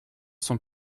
sont